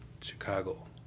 Chicago